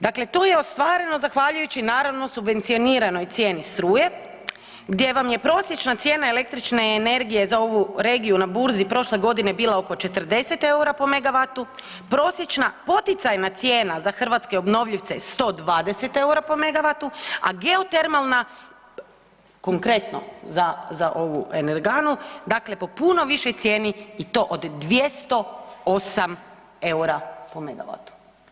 Dakle, to je ostvareno zahvaljujući naravno, subvencioniranoj cijeni struje gdje vam je prosječna cijena električne energije za ovu regiju na burzi prošle godine bila oko 40 eura po megavatu, prosječna poticajna cijena za hrvatske obnovljivce 120 eura po megavatu, a geotermalna, konkretno za ovu energanu, dakle po puno višoj cijeni i to od 208 eura po megavatu.